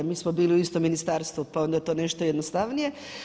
A mi smo bili u istom ministarstvu pa onda je to nešto jednostavnije.